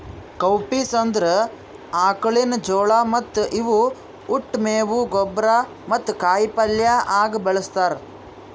cowpeas ಅಂದುರ್ ಆಕುಳಿನ ಜೋಳ ಮತ್ತ ಇವು ಉಟ್, ಮೇವು, ಗೊಬ್ಬರ ಮತ್ತ ಕಾಯಿ ಪಲ್ಯ ಆಗ ಬಳ್ಸತಾರ್